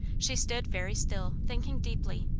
she stood very still, thinking deeply.